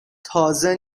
تازه